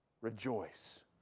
rejoice